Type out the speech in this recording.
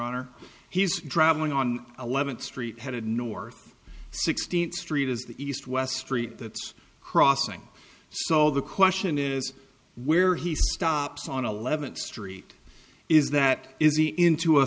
honor he's traveling on eleventh street headed north sixteenth street is the east west street that's crossing so the question is where he stops on eleventh street is that is he into a